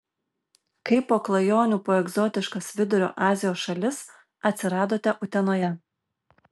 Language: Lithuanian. kaip po klajonių po egzotiškas vidurio azijos šalis atsiradote utenoje